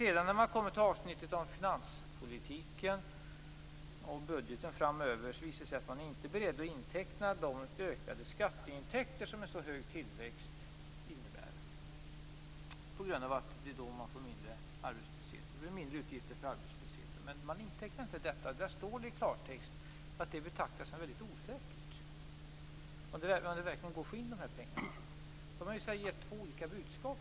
När man läser vidare i de avsnitt som behandlar finanspolitiken och budgeten framöver visar det sig att regeringen inte är beredd att inteckna de ökade skatteintäkter som en sådan hög tillväxt innebär på så sätt att det blir mindre utgifter för arbetslösheten när den minskar i omfattning. Man intecknar inte detta, utan i propositionen står det i klartext att det betraktas som väldigt osäkert om det verkligen går att få in de här pengarna. Regeringen har här alltså gett två olika budskap.